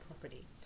property